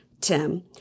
Tim